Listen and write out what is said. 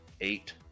eight